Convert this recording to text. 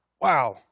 Wow